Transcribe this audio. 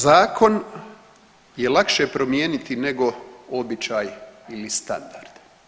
Zakon je lakše promijeniti nego običaj ili standard.